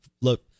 look